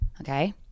okay